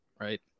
right